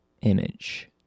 image